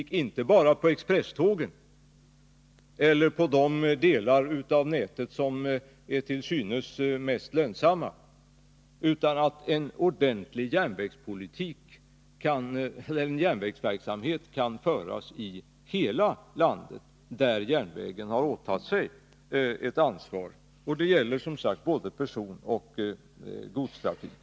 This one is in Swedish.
Det gäller alltså inte bara expresstågen eller de delar av nätet som är till synes mest lönsamma, utan också järnvägsverksamhet i alla de delar av landet där järnvägen har påtagit sig ett ansvar, och det är som sagt fråga om både personoch godstrafik.